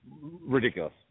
ridiculous